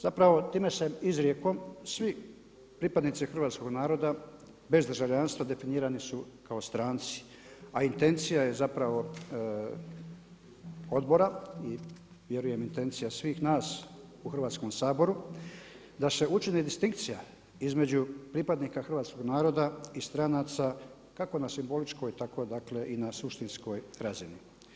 Zapravo time se izrijekom svi pripadnici hrvatskoga naroda bez državljanstva definira su kao stranci a intencija je zapravo odbora i vjerujem i intencija svih nas u Hrvatskom saboru da se učini distinkcija između pripadnika hrvatskoga naroda i stranaca kao na simboličkoj, tako dakle i na suštinskoj razini.